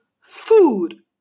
food